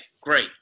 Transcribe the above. great